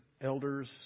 elders